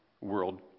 world